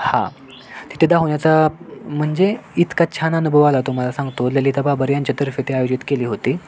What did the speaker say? हा तिथे धावण्याचा म्हणजे इतका छान अनुभव आला तुम्हाला सांगतो ललिता बाबर यांच्यातर्फे ती आयोजित केली होती